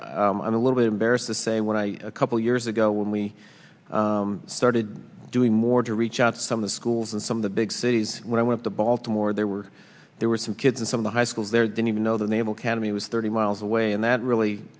fact i'm a little bit embarrassed to say when i a couple of years ago when we started doing more to reach out some of the schools and some of the big cities when i went to baltimore there were there were some kids in some of the high schools there didn't even know the naval academy was thirty miles away and that really